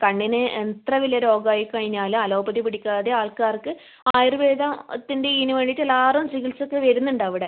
കണ്ണിന് എത്ര വലിയ രോഗമായി കഴിഞ്ഞാലും അലോപ്പതി പിടിക്കാതെ ആൾക്കാർക്ക് ആയുർവ്വേദത്തിൻ്റെ ഇതിന് വേണ്ടിയിട്ട് എല്ലാവരും ചികിത്സക്ക് വരുന്നണ്ട് അവിടെ